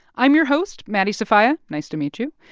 i'm your host maddie sofia. nice to meet you.